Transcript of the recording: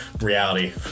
Reality